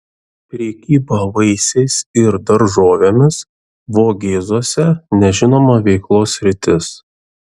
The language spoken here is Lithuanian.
prekyba vaisiais ir daržovėmis vogėzuose nežinoma veiklos sritis